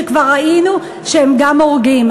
שכבר ראינו שהם גם הורגים.